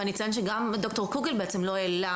ואני אציין שגם ד"ר קוגל בעצם לא העלה